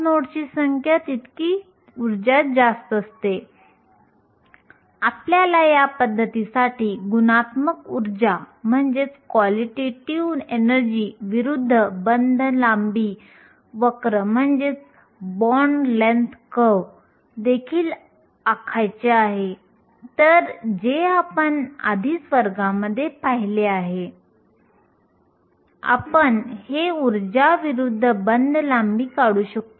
आपण हे देखील पाहिले की औष्णिक उत्तेजना थर्मल एक्सिटेशन व्यतिरिक्त आपण बँड अंतरच्या पलीकडे वाहकांना उत्तेजित करण्यासाठी प्रकाश वापरू शकतो